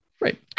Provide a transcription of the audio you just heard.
Right